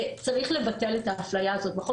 צריך לבטל את האפליה הזאת בחוק.